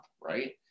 right